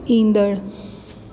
ईंदड़ु